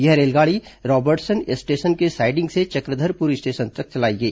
यह रेलगाड़ी Robertson station के साइडिंग से चक्रधरपुर स्टेशन तक चलाई गई